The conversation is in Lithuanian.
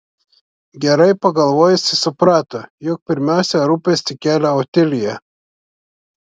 gerai pagalvojusi suprato jog pirmiausia rūpestį kelia otilija